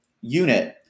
unit